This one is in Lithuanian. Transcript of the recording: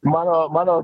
mano mano